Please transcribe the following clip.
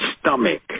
stomach